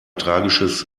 tragisches